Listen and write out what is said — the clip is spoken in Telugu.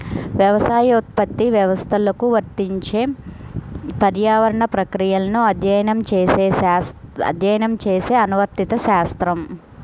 వ్యవసాయోత్పత్తి వ్యవస్థలకు వర్తించే పర్యావరణ ప్రక్రియలను అధ్యయనం చేసే అనువర్తిత శాస్త్రం